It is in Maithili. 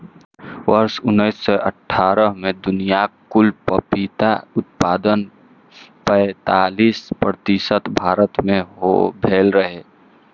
वर्ष उन्नैस सय अट्ठारह मे दुनियाक कुल पपीता उत्पादनक पैंतालीस प्रतिशत भारत मे भेल रहै